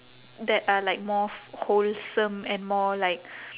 that are like more wholesome and more like